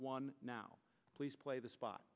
one now please play the spot